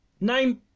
name